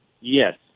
yes